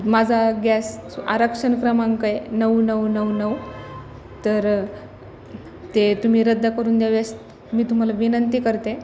माझा गॅसच आरक्षण क्रमांकय नऊ नऊ नऊ नऊ तर ते तुम्ही रद्द करून द्या वेळेस मी तुम्हाला विनंती करते